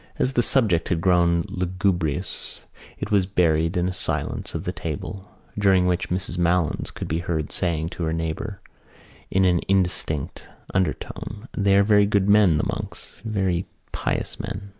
as the subject had grown lugubrious it was buried in a silence of the table during which mrs. malins could be heard saying to her neighbour in an indistinct undertone they are very good men, the monks, very pious men.